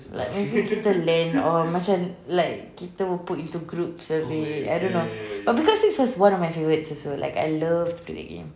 like kita lend or macam like kita will put into groups and play I don't know but pick up sticks was one of my favourites also like I love to play that game